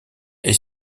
est